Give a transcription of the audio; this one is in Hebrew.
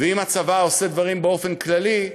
ואם הצבא עושה דברים באופן כללי,